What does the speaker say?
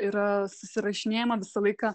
yra susirašinėjama visą laiką